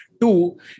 two